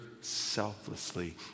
selflessly